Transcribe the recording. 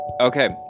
Okay